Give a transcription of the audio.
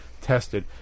tested